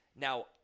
Now